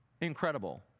Incredible